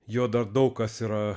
jo dar daug kas yra